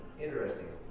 interesting